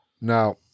Now